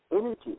energy